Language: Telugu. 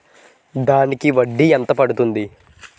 దానికి వడ్డీ ఎంత పడుతుంది?